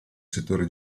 settore